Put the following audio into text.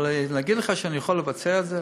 אבל להגיד לך שאני יכול לבצע את זה?